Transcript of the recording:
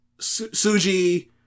Suji